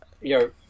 Yo